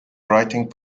writing